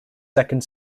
second